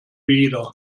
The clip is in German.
wieder